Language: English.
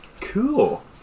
Cool